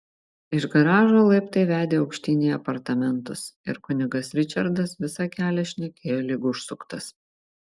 iš garažo laiptai vedė aukštyn į apartamentus ir kunigas ričardas visą kelią šnekėjo lyg užsuktas